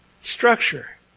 structure